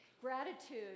Gratitude